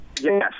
yes